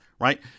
right